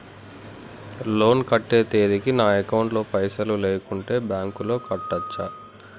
Loan కట్టే తేదీకి నా అకౌంట్ లో పైసలు లేకుంటే బ్యాంకులో కట్టచ్చా?